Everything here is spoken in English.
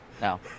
no